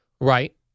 Right